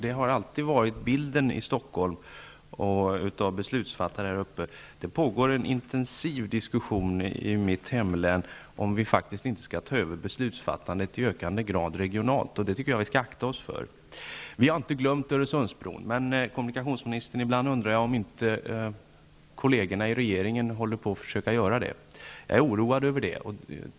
Det har alltid varit den bild beslutsfattarna i Stockholm haft. Det pågår faktiskt en intensiv diskussion i mitt hemlän om att vi borde ta över beslutsfattandet regionalt i högre grad. En sådan situation tycker jag vi bör akta oss för. Vi har inte glömt Öresundsbron, men ibland undrar jag om inte kollegerna i regeringen försöker göra det. Jag är oroad över det.